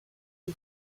les